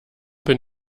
bin